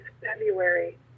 February